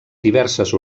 diverses